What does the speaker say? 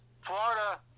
Florida